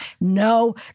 no